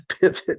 pivot